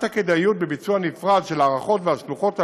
הכדאיות בביצוע נפרד של ההארכות והשלוחות הללו,